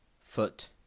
foot